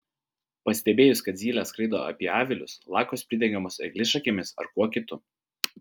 pastebėjus kad zylės skraido apie avilius lakos pridengiamos eglišakėmis ar kuo kitu